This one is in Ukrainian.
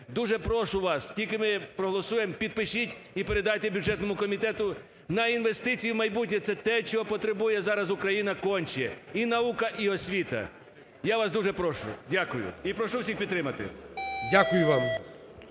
Дуже прошу вас: тільки ми проголосуємо, підпишіть і передайте бюджетному комітету на інвестиції в майбутнє. Це те, чого потребує зараз Україна конче, і наука, і освіта. Я вас дуже прошу. Дякую. І прошу всіх підтримати. ГОЛОВУЮЧИЙ.